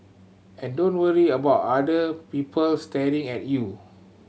and don't worry about other people staring at you